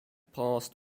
passed